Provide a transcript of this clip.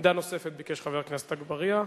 עמדה נוספת ביקש חבר הכנסת אגבאריה,